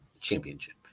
Championship